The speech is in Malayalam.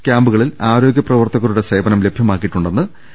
ക്യാമ്പുകളിൽ ആരോഗ്യ പ്രവർത്തകരുടെ സേവനം ലഭ്യമാക്കിയി ട്ടുണ്ടെന്ന് മന്ത്രി കെ